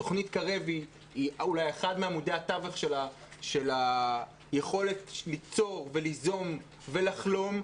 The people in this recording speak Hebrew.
תוכנית קרב היא אולי אחד מעמודי התווך של היכולת ליצור וליזום ולחלום.